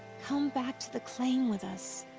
come back to the claim with us!